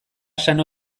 esan